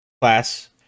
class